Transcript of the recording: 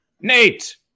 Nate